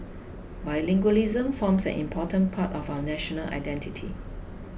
bilingualism forms an important part of our national identity